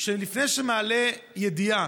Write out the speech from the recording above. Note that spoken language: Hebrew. לפני שהוא מעלה ידיעה,